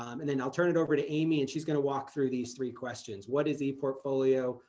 um and then i'll turn it over to amy, and she's going to walk through these three questions. what is the eportfolio?